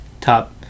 top